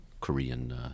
Korean